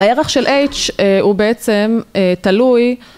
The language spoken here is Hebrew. הערך של H הוא בעצם תלוי